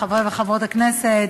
חברי וחברות הכנסת,